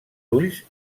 ulls